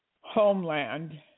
homeland